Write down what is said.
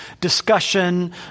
discussion